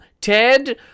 Ted